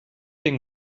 bin